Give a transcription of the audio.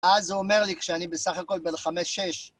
אז הוא אומר לי, כשאני בסך הכל בן חמש שש